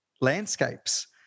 landscapes